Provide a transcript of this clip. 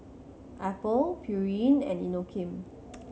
Apple Pureen and Inokim